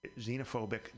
xenophobic